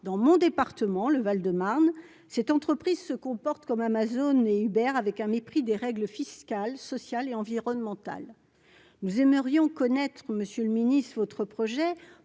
dans mon département, le Val de Marne, cette entreprise se comporte comme Amazon et Hubert avec un mépris des règles fiscales, sociales et environnementales, nous aimerions connaître, Monsieur le Ministre votre projet